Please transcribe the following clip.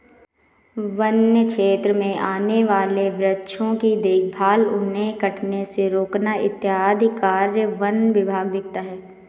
वन्य क्षेत्र में आने वाले वृक्षों की देखभाल उन्हें कटने से रोकना इत्यादि कार्य वन विभाग देखता है